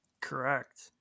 Correct